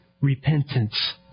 repentance